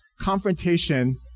confrontation